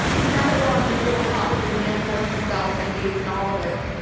so now that we're on the whole topic of manafort himself and gates and all of it,